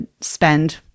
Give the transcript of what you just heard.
spend